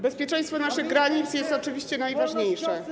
Bezpieczeństwo naszych granic jest oczywiście najważniejsze.